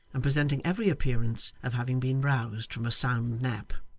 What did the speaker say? and presenting every appearance of having been roused from a sound nap.